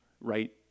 right